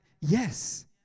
yes